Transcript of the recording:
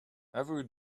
every